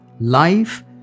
life